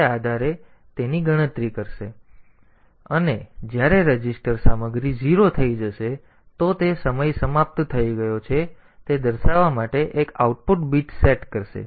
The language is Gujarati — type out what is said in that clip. તેથી તે આધારે તે તેની ગણતરી કરશે અને જ્યારે રજિસ્ટર સામગ્રી 0 થઈ જશે તો તે સમય સમાપ્ત થઈ ગયો છે તે દર્શાવવા માટે એક આઉટપુટ બીટ સેટ કરશે